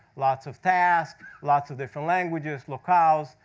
lots of task, lots of different languages, locales.